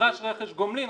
נדרש רכש גומלין.